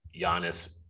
Giannis